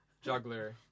Juggler